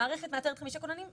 המערכת מאתרת חמישה כוננים,